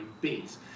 base